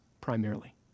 primarily